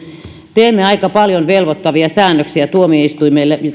teemme aika paljon velvoittavia säännöksiä tuomioistuimille